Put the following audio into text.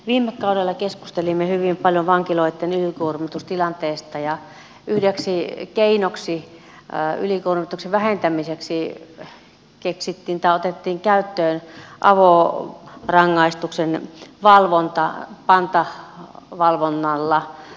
viime kaudella keskustelimme hyvin paljon vankiloitten ylikuormitustilanteesta ja yhdeksi keinoksi ylikuormituksen vähentämiseksi otettiin käyttöön avorangaistuksen valvonta pantavalvonnalla